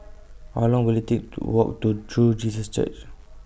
How Long Will IT Take to Walk to True Jesus Church